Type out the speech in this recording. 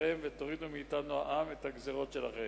גחמותיכם ותורידו מאתנו, העם, את הגזירות שלכם?